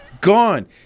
gone